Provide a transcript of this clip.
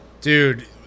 dude